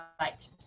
Right